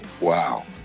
Wow